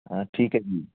ਹਾਂ ਠੀਕ ਹੈ ਜੀ